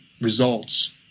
results